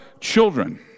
children